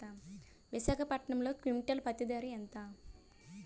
విశాఖపట్నంలో క్వింటాల్ పత్తి ధర ఎంత?